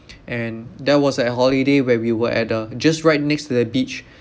and that was a holiday where we were at the just right next to the beach